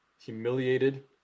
humiliated